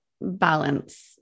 balance